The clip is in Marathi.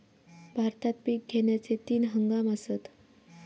भारतात पिक घेण्याचे तीन हंगाम आसत